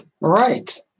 Right